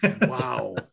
Wow